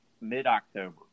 mid-October